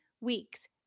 weeks